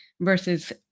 versus